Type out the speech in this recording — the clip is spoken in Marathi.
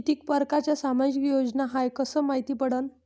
कितीक परकारच्या सामाजिक योजना हाय कस मायती पडन?